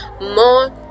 more